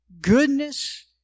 Goodness